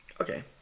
okay